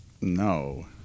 no